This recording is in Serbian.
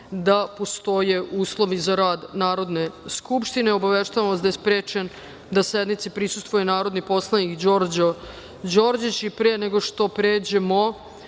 da postoje uslovi za rad Narodne skupštine. Obaveštavam vas da je sprečen da sednici prisustvuje narodni poslanik Đorđo Đorđić. Pre nego što pređemo